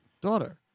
daughter